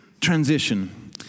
transition